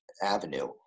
Avenue